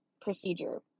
procedure